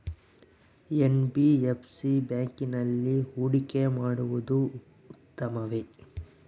NBFC ಬ್ಯಾಂಕಿನಲ್ಲಿ ಹೂಡಿಕೆ ಮಾಡುವುದು ಉತ್ತಮವೆ?